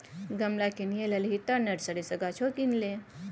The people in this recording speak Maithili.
गमला किनिये लेलही तँ नर्सरी सँ गाछो किन ले